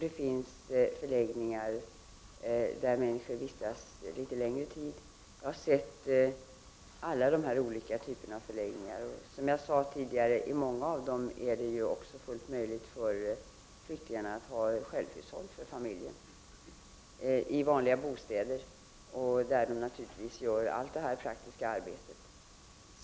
Vidare finns det förläggningar där människor vistas en längre tid. Jag har sett alla de olika typerna av förläggningar. Som jag sade tidigare är det vid många av dessa förläggningar möjligt för flyktingarna att ha självhushåll för familjen i vanliga bostäder. De utför naturligtvis allt det praktiska arbetet själva.